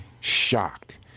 shocked